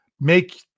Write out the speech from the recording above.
make